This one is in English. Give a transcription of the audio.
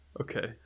Okay